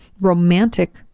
romantic